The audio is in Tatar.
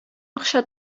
акча